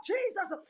Jesus